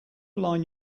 align